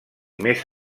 més